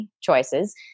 choices